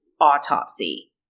autopsy